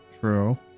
True